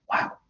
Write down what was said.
wow